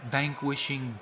vanquishing